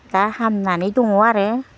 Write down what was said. दा हामनानै दङ आरो